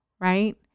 Right